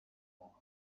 tonight